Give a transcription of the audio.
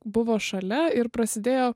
buvo šalia ir prasidėjo